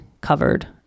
covered